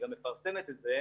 היא גם מפרסמת את זה,